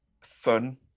fun